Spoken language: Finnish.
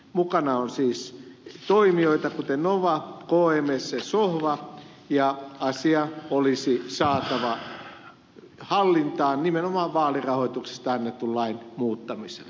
mukana on siis toimijoita kuten nova kms ja suomi soffa ja asia olisi saatava hallintaan nimenomaan vaalirahoituksesta annetun lain muuttamisella